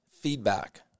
feedback